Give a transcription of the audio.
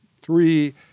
three